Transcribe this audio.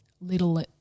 little